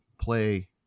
play